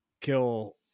kill